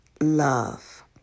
love